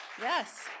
Yes